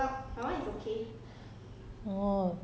why 什么 red line 看到什